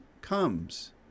comes